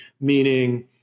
meaning